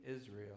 Israel